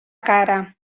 cara